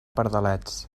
pardalets